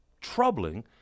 troubling